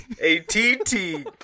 A-T-T